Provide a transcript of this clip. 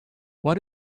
what